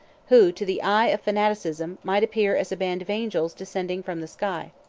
who, to the eye of fanaticism, might appear as a band of angels descending from the sky.